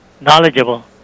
knowledgeable